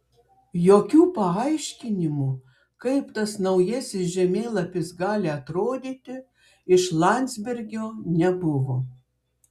jokių paaiškinimų kaip tas naujasis žemėlapis gali atrodyti iš landsbergio nebuvo